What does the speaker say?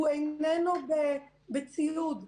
הוא איננו בציוד.